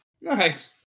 Nice